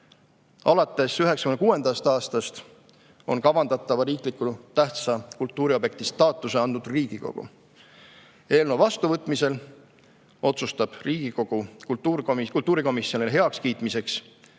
Alates 1996. aastast on kavandatava riiklikult tähtsa kultuuriobjekti staatuse andnud Riigikogu. Eelnõu vastuvõtmise korral [valib] Riigikogu kultuurikomisjonile heakskiitmiseks